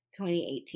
2018